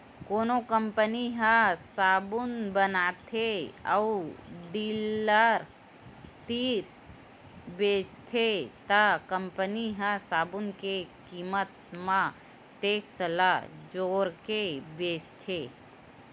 कोनो कंपनी ह साबून बताथे अउ डीलर तीर बेचथे त कंपनी ह साबून के कीमत म टेक्स ल जोड़के बेचथे